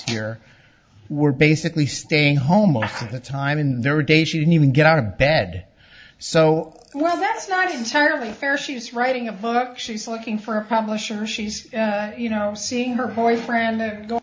here were basically staying home all the time in their day she didn't even get out of bed so well that's not entirely fair she's writing a book she's looking for a publisher she's you know seeing her boyfriend